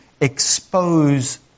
expose